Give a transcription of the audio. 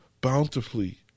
bountifully